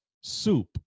soup